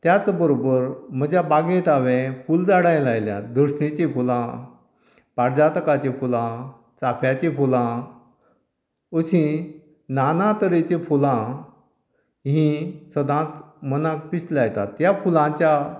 त्याच बरोबर म्हज्या बागेंत हांवेन फुलां झाडांय लायल्यांत दसणिची फुलां पारजतांची फुलां चाफ्यांची फुलां अशीं ना ना तरेचीं फुलां ही सदांच मनांक पिशें लायतात त्या फुलांच्या